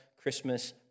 Christmas